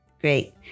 Great